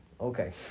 okay